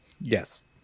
Yes